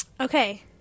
Okay